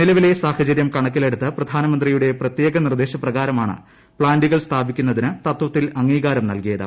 നിലവിലെ സാഹചര്യം പ്രിക്ക്ണക്കിലെടുത്ത് പ്രധാനമന്ത്രിയുടെ പ്രത്യേക നിർദേശപ്രക്കാർമാണ് പ്താന്റുകൾ സ്ഥാപിക്കുന്നതിന് തത്തിൽ അംഗീകാര് നൽകിയത്